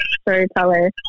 storyteller